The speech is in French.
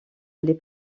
les